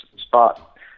spot